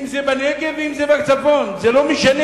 אם זה בנגב ואם זה בצפון, לא משנה,